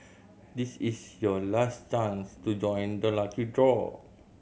this is your last chance to join the lucky draw